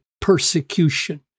persecution